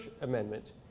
Amendment